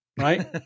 right